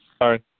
Sorry